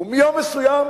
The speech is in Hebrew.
ומיום מסוים